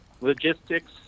logistics